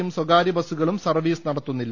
യും സ്വകാര്യ ബസുകളും സർവ്വീസ് നടത്തുന്നില്ല